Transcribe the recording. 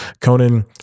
Conan